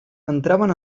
entraven